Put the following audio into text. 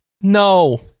no